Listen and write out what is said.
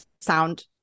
sound